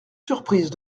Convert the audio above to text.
surprise